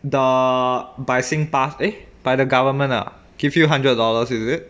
the by SingPass eh by the government ah give you hundred dollars is it